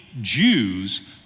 Jews